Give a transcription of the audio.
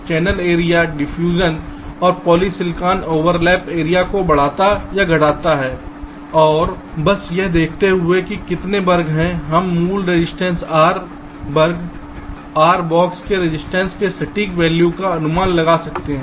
channel area diffusion और polysilicon overlap area जो बढ़ता या घटता है और बस यह देखते हुए कि कितने वर्ग हैं हम मूल रजिस्टेंस R वर्ग R⧠ के रजिस्टेंस के सटीक वैल्यू का अनुमान लगा सकते हैं